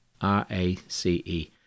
R-A-C-E